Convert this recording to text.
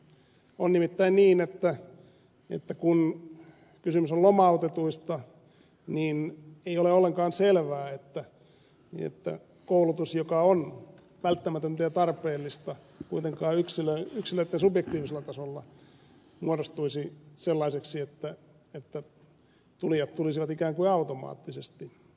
on nimittäin niin että kun kysymys on lomautetuista niin ei ole ollenkaan selvää että koulutus joka on välttämätöntä ja tarpeellista kuitenkaan yksilöitten subjektiivisella tasolla muodostuisi sellaiseksi että tulijat tulisivat ikään kuin automaattisesti